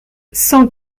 cent